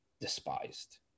despised